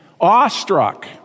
awestruck